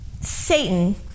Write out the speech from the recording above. Satan